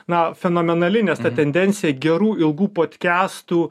na fenomenali nes ta tendencija gerų ilgų podkestų